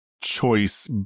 choice